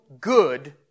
good